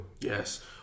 Yes